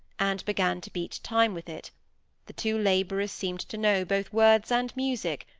and began to beat time with it the two labourers seemed to know both words and music,